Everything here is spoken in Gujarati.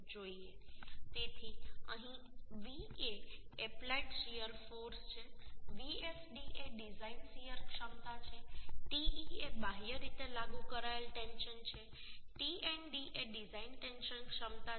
તેથી અહીં V એ એપ્લાઇડ શીયર ફોર્સ છે Vsd એ ડિઝાઇન શીયર ક્ષમતા છે Te એ બાહ્ય રીતે લાગુ કરાયેલ ટેન્શન છે Tnd એ ડિઝાઇન ટેન્શન ક્ષમતા છે